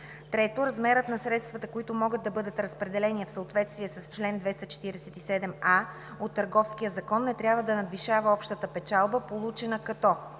3. размерът на средствата, които могат да бъдат разпределени в съответствие с чл. 247а от Търговския закон, не трябва да надвишава общата печалба, получена като: